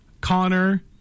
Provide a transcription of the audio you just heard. Connor